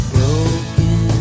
Broken